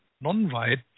non-white